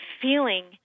feeling